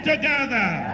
together